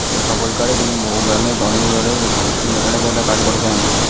এই সফরকালে তিনি বহু গ্রামে পানীয় জলের ঘাটতি মেটানোর জন্য একটা কাজ করেছেন